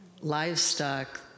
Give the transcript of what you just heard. livestock